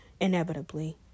inevitably